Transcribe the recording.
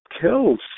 kills